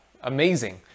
Amazing